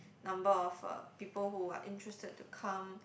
number of uh people who are interested to come